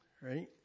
Right